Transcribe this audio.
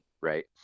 Right